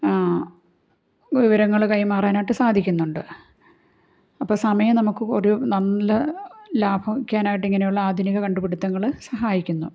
വിവരങ്ങൾ കൈമാറാനായിട്ട് സാധിക്കുന്നുണ്ട് അപ്പോൾ സമയം നമുക്ക് ഒരു നല്ല ലാഭിക്കാനായിട്ട് ഇങ്ങനെയുള്ള ആധുനിക കണ്ടുപിടുത്തങ്ങൾ സഹായിക്കുന്നു